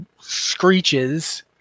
screeches